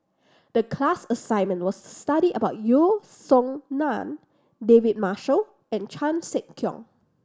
the class assignment was to study about Yeo Song Nian David Marshall and Chan Sek Keong